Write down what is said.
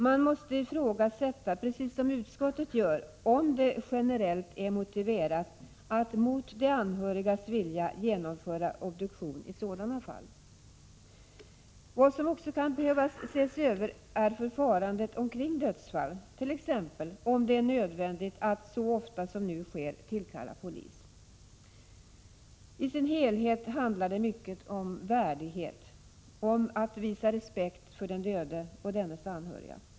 Man måste ifrågasätta, precis som utskottet gör, om det generellt är motiverat att mot de anhörigas vilja genomföra obduktion i sådana fall. Vad som också kan behöva ses över är förfarandet omkring dödsfall, t.ex. om det är nödvändigt att så ofta som nu sker tillkalla polis. I sin helhet handlar det mycket om värdighet och om att visa respekt för den döde och dennes anhöriga.